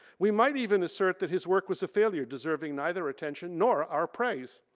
we might even assert that his work was a failure deserving neither attention nor our praise.